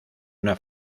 una